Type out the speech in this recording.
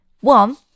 One